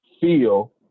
feel